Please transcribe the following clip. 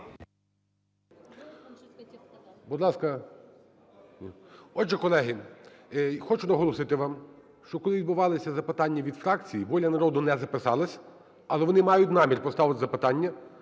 Будь ласка. Отже, колеги, хочу наголосити вам, що коли відбувалися запитання від фракцій, "Воля народу" не записалася, але вони мають намір поставити запитання,